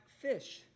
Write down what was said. fish